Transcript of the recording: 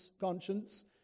conscience